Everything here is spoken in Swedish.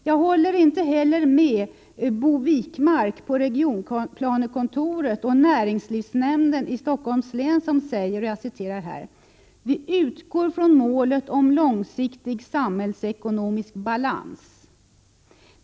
Jag håller inte heller med Bo Wijkmark på regionplanekontoret och näringslivsnämnden i Stockholms län, som säger: ”Vi utgår från målet om långsiktig samhällsekonomisk balans.